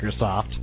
Microsoft